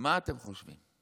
מה אתם חושבים?